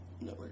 No